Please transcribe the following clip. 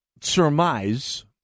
surmise